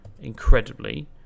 incredibly